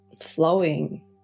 flowing